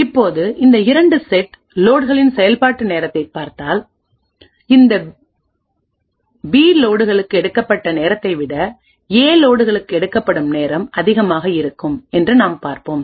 இப்போது இந்த 2 செட் லோட்களின் செயல்பாட்டு நேரத்தைப் பார்த்தால் இந்த பி லோட்களுக்கு எடுக்கப்பட்ட நேரத்தை விட ஏ லோட்களுக்கு எடுக்கப்படும் நேரம் அதிகமாக இருக்கும் என்று நாம் பார்ப்போம்